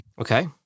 Okay